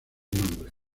nombres